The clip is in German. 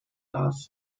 darf